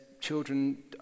children